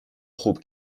خوب